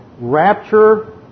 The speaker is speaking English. rapture